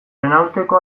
renaulteko